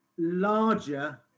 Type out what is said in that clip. larger